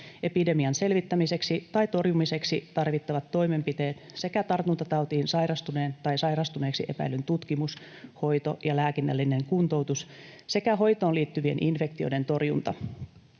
epidemian selvittämiseksi tai torjumiseksi tarvittavat toimenpiteet sekä tartuntatautiin sairastuneen tai sairastuneeksi epäillyn tutkimus, hoito ja lääkinnällinen kuntoutus sekä hoitoon liittyvien infektioiden torjunta.